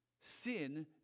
Sin